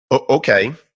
okay.